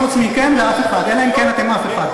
חוץ מכם, אף אחד, אלא אם כן אתם אף אחד.